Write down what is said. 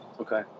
Okay